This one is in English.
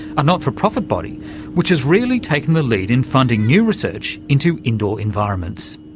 a not-for-profit body which has really taken the lead in funding new research into indoor environments.